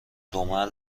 دمل